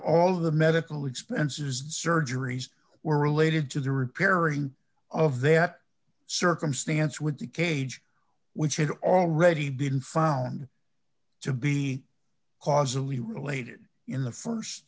all of the medical expenses surgeries were related to the repairing of that circumstance with the cage which is already been found to be causally related in